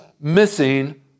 missing